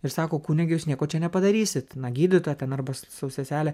ir sako kunige jūs nieko čia nepadarysit na gydytoja ten arba sau sesele